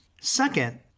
Second